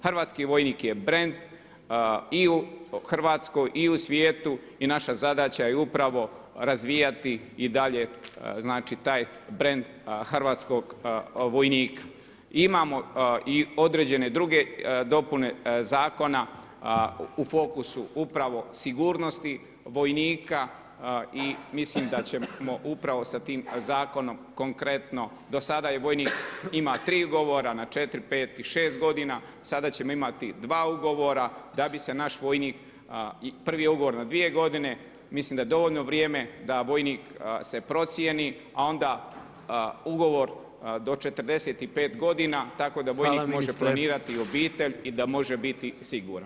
Hrvatski vojnik je brend i u Hrvatskoj, i u svijetu i naša zadaća je upravo razvijati i dalje znači taj brend hrvatskog vojnika imamo i određene druge dopune zakona u fokusu upravo sigurnosti vojnika i mislim da ćemo upravo sa tim zakonom konkretno, do sada je vojnik imao 3 ugovora na 4, 5, i 6 godina, sada ćemo imati 2 ugovora, prvi je ugovor na 2 godine, mislim da je dovoljno vrijeme da vojnik se procijeni a onda ugovor do 45 godina tako da vojnik može planirati i obitelj i da može biti siguran.